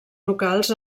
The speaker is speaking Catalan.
locals